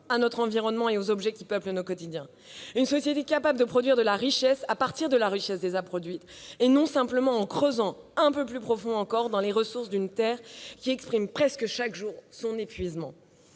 notre environnement et les objets qui peuplent notre quotidien ; une société capable de produire de la richesse à partir de la richesse déjà produite, et non simplement en creusant un peu plus profond encore dans les ressources d'une terre qui exprime presque chaque jour son épuisement